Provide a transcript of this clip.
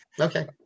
Okay